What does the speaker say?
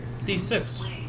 D6